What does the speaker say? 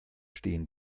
stehen